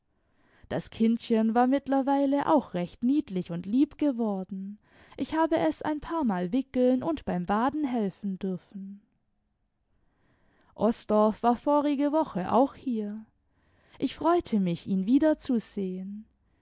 das kindchen war mittlerweile auch recht niedlich imd lieb geworden ich habe es ein paarmal wickeln und beim baden helfen dürfen osdorff war vorige woche auch hier ich freute mich ihn wiederzusehen